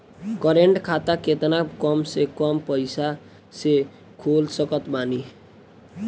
Current खाता केतना कम से कम पईसा से खोल सकत बानी?